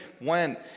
went